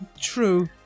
true